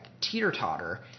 teeter-totter